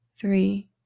three